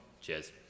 Cheers